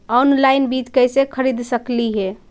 Online बीज कईसे खरीद सकली हे?